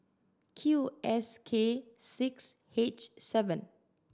Q S K six H seven